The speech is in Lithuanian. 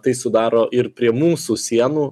tai sudaro ir prie mūsų sienų